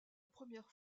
première